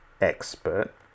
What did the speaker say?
expert